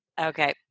okay